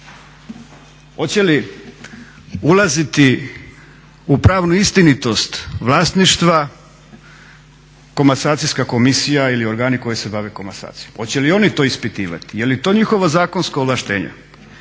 Hoće li ulaziti u pravnu istinitost vlasništva komasacijska komisija ili organi koji se bave komasacijom? Hoće li oni to ispitivati? Je li to njihovo zakonsko ovlaštenje?